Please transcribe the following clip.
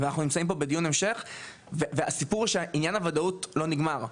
אנחנו נמצאים כאן בדיון המשך והסיפור הוא שעניין הוודאות לא נגמר,